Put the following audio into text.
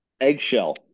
eggshell